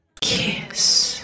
Kiss